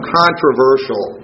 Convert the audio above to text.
controversial